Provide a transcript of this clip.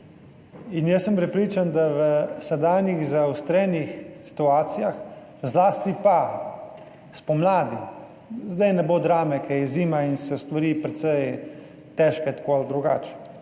in jaz sem prepričan, da v sedanjih zaostrenih situacijah, zlasti pa spomladi, zdaj ne bo drame, ker je zima in so stvari precej težke tako ali drugače,